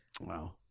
Wow